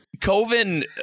Coven